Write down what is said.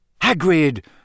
Hagrid